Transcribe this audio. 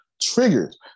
triggers